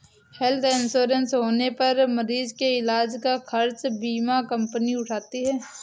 health insurance होने पर मरीज के इलाज का खर्च बीमा कंपनी उठाती है